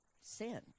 sin